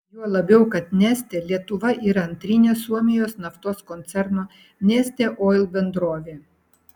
juo labiau kad neste lietuva yra antrinė suomijos naftos koncerno neste oil bendrovė